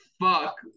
fuck